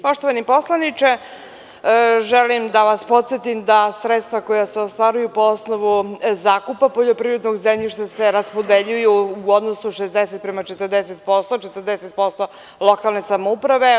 Poštovani poslaniče, želim da vas podsetim da se sredstva, koja se ostvaruju po osnovu zakupa poljoprivrednog zemljišta, raspodeljuju u odnosu 60 prema 40%, 40% lokalne samouprave.